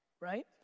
right